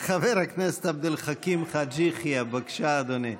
חבר הכנסת עבד אל חכים חאג' יחיא, בבקשה, אדוני.